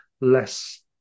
less